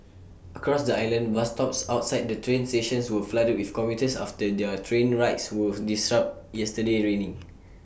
across the island bus stops outside the train stations were flooded with commuters after their train rides were disrupted yesterday evening